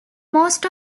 most